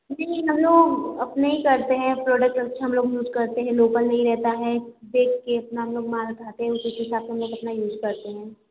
क्योंकि हम लोग अपने ही करते हैं प्रोडक्ट अच्छा हम यूज़ करते है लोकल नहीं रहता है देख कर अपना हम लोग माल लाते हैं उसी के हिसाब से हम लोग अपना यूज़ करते हैं